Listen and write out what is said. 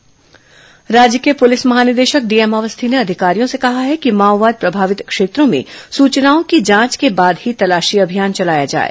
माओवाद समीक्षा बैठक राज्य के पुलिस महानिदेशक डीएम अवस्थी ने अधिकारियों से कहा है कि माओवाद प्रभावित क्षेत्रों में सूचनाओं की जांच के बाद ही तलाशी अभियान चलाया जाएं